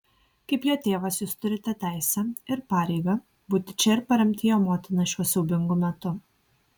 kaip jo tėvas jūs turite teisę ir pareigą būti čia ir paremti jo motiną šiuo siaubingu metu